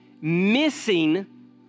missing